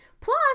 Plus